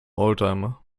oldtimer